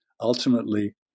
ultimately